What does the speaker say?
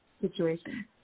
situation